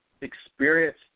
experience